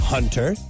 Hunter